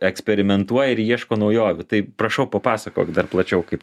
eksperimentuoja ir ieško naujovių tai prašau papasakok dar plačiau kaip